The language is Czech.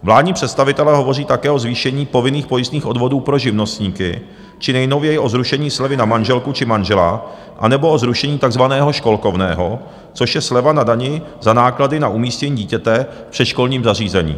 Vládní představitelé hovoří také o zvýšení povinných pojistných odvodů pro živnostníky či nejnověji o zrušení slevy na manželku či manžela anebo o zrušení takzvaného školkovného, což je sleva na dani za náklady na umístění dítěte v předškolním zařízení.